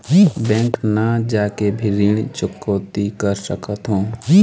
Bank न जाके भी ऋण चुकैती कर सकथों?